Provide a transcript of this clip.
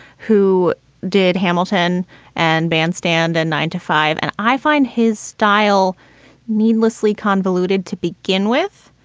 who did hamilton and bandstand and nine-to-five and i find his style needlessly convoluted to begin with.